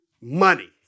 Money